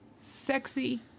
Sexy